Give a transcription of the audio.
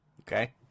Okay